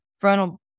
frontal